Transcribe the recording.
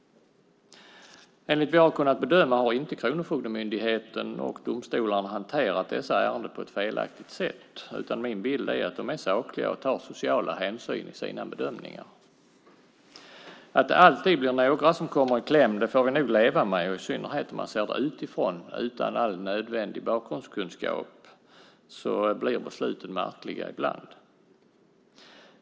Enligt vad jag har kunnat bedöma har inte Kronofogdemyndigheten och domstolarna hanterat dessa ärenden på ett felaktigt sätt, utan min bild är att de är sakliga och tar sociala hänsyn i sina bedömningar. Att det alltid blir några som kommer i kläm får vi nog leva med, och i synnerhet om man ser det utifrån, utan all nödvändig bakgrundskunskap, blir besluten märkliga ibland.